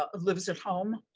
ah lives at home.